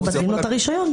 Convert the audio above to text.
מבטלים לו את הרישיון.